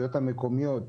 שהרשויות המקומיות